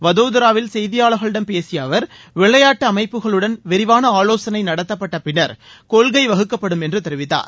வதோதராவில் செய்தியாளர்களிடம் பேசிய அவர் விளையாட்டு அமைப்புகளுடன் விரிவான ஆலோசனை நடத்தப்பட்ட பின்னர் கொள்கை வகுக்கப்படும் என்று தெரிவித்தார்